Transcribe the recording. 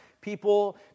people